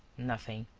nothing.